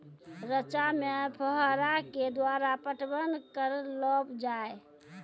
रचा मे फोहारा के द्वारा पटवन करऽ लो जाय?